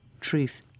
truth